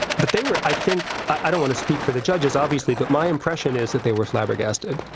but they were, i think, i don't want to speak for the judges obviously, but my impression is that they were flabbergasted.